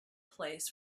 place